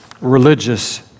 religious